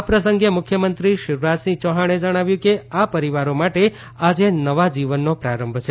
આ પ્રસંગે મુખ્યમંત્રી શિવરાજસિંહ ચૌહાણે જણાવ્યું કે આ પરીવારો માટે આજે નવા જીવનનો પ્રારંભ છે